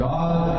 God